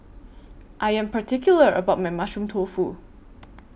I Am particular about My Mushroom Tofu